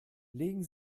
legen